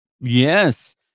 yes